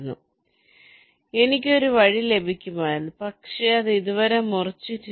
അതിനാൽ എനിക്ക് ഒരു വഴി ലഭിക്കുമായിരുന്നു പക്ഷേ അത് ഇതുവരെ മുറിച്ചിട്ടില്ല